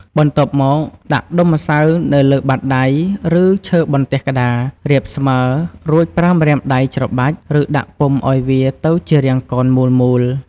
បន្ទាប់មកដាក់ដុំម្សៅនៅលើបាតដៃ ឬលើបន្ទះក្តាររាបស្មើ រួចប្រើម្រាមដៃច្របាច់ ឬដាក់ពុម្ពវាឱ្យទៅជារាងកោណមូលៗ។